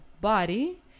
body